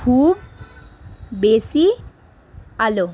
খুব বেশি আলো